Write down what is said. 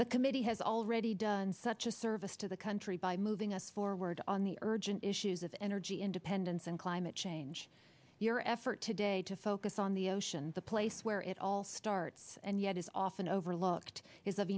the committee has already done such a service to the country by moving us forward on the urgent issues of energy independence and climate change your effort today to focus on the ocean the place where it all starts and yet is often overlooked is of